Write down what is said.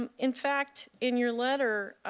um in fact, in your letter,